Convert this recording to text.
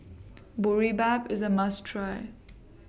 Boribap IS A must Try